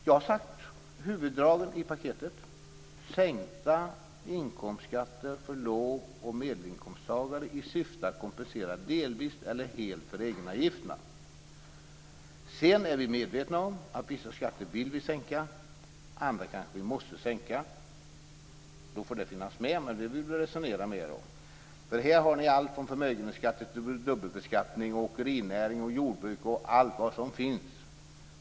Jag har berättat huvuddragen i paketet: sänkta inkomstskatter för låg och medelinkomsttagare i syfte att kompensera delvis eller helt för egenavgifterna. Sedan är vi medvetna om att vissa skatter vill vi sänka, andra kanske vi måste sänka. Då får det finnas med, men det behöver vi resonera mer om. Här har ni allt från förmögenhetsskatten till dubbelbeskattning, åkerinäring, jordbruk och allt som finns.